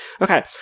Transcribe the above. Okay